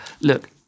look